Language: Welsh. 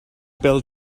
bêl